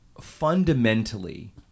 fundamentally